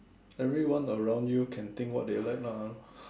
everyone around you can think what they like lah